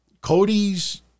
Cody's